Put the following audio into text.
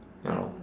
you know